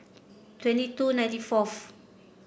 twenty two ninety fourth